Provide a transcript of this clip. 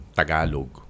tagalog